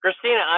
Christina